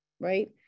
right